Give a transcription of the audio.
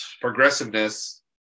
progressiveness